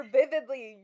vividly